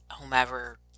whomever